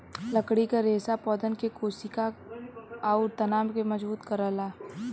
लकड़ी क रेसा पौधन के कोसिका आउर तना के मजबूत करला